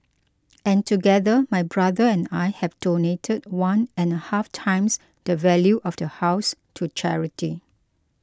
and together my brother and I have donated one and a half times the value of the house to charity